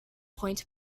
point